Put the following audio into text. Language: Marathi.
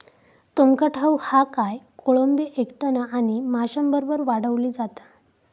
तुमका ठाऊक हा काय, कोळंबी एकट्यानं आणि माशांबरोबर वाढवली जाता